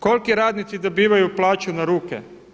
Koliki radnici dobivaju plaću na ruke.